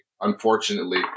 unfortunately